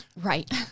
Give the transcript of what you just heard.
right